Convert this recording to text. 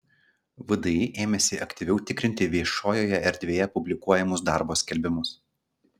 vdi ėmėsi aktyviau tikrinti viešojoje erdvėje publikuojamus darbo skelbimus